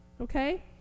Okay